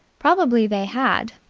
probably they had,